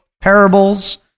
parables